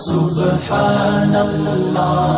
Subhanallah